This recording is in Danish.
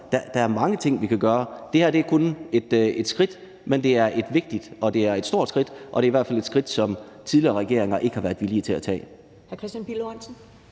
Der er mange ting, vi kan gøre. Det her er kun et skridt, men det er et vigtigt og et stort skridt, og det er i hvert fald et skridt, som tidligere regeringer ikke har været villige til at tage.